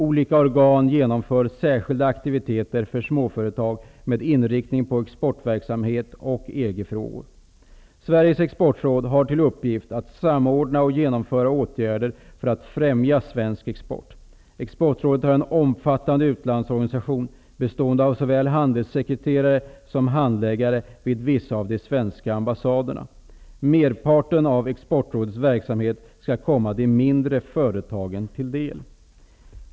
Olika organ genomför särskilda aktiviteter för småföretag med inriktning på exportverksamhet och EG-frågor. Sveriges exportråd har till uppgift att samordna och genomföra åtgärder för att främja svensk export. Exportrådet har en omfattande utlandsorganisation bestående av såväl handelssekreterare som handläggare vid vissa av de svenska ambassaderna. Merparten av Exportrådets verksamhet skall komma de mindre företagen till del.